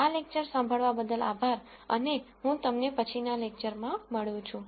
આ લેકચર સાંભળવા બદલ આભાર અને હું તમને પછીના લેકચરમાં મળું છું